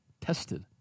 tested